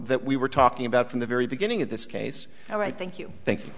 that we were talking about from the very beginning of this case and i think you think